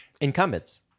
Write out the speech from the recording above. Incumbents